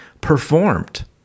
performed